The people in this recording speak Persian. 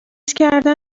کردن